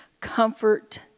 comfort